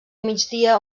migdia